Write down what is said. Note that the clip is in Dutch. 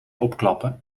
opklappen